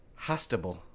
hostable